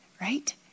right